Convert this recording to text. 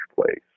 place